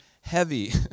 heavy